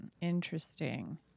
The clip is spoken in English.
Interesting